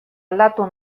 aldatu